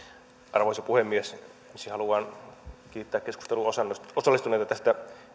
arvoisa puhemies ensiksi haluan kiittää keskusteluun osallistuneita osallistuneita tästä